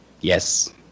Yes